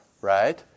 right